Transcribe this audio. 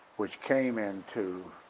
which came into